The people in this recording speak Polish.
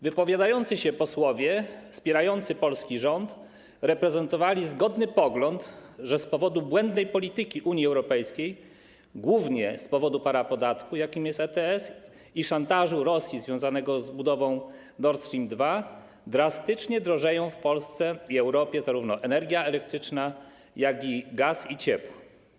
Wypowiadający się posłowie wspierający polski rząd reprezentowali zgodny pogląd, że z powodu błędnej polityki Unii Europejskiej, głównie z powodu parapodatku, jakim jest ETS, i szantażu Rosji związanego z budową Nord Stream 2, drastycznie drożeją w Polsce i Europie zarówno energia elektryczna, jak i gaz i ciepło.